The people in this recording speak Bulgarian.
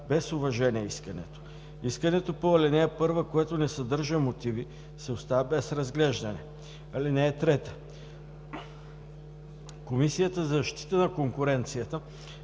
без уважение искането. Искане по ал. 1, което не съдържа мотиви се оставя без разглеждане. (3) Комисията за защита на конкуренцията